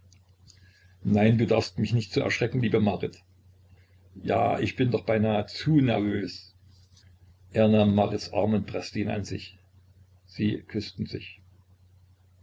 nein du darfst mich nicht so erschrecken liebe marit ja ich bin doch beinah zu nervös er nahm marits arm und preßte ihn an sich sie küßten sich